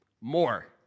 More